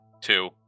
two